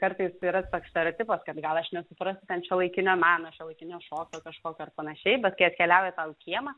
kartais yra toks stereotipas kad gal aš nesuprasiu ten šiuolaikinio meno šiuolaikinio šokio kažkokio ar panašiai bet kai atkeliauja tau į kiemą